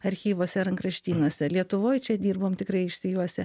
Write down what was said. archyvuose rankraštynuose lietuvoj čia dirbom tikrai išsijuosę